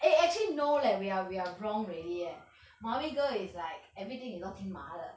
eh actually no leh we are we are wrong already eh mummy girl is like everything 你都听妈的